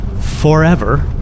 forever